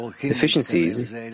deficiencies